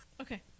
Okay